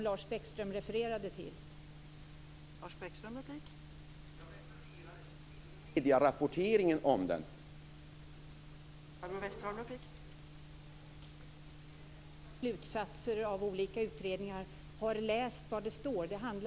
Lars Bäckström refererade till rapporten.